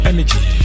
Energy